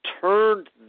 turned